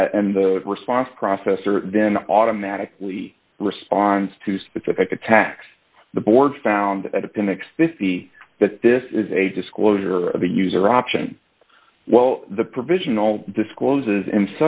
that and the response process are then automatically response to specific attacks the board found at appendix fifty that this is a disclosure of the user option well the provisional discloses i